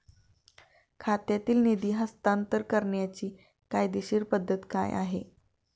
खात्यातील निधी हस्तांतर करण्याची कायदेशीर पद्धत काय आहे?